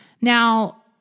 Now